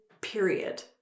period